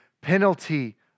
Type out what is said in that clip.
penalty